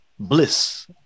Bliss